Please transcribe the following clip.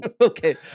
Okay